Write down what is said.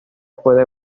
puede